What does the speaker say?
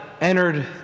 entered